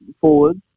forwards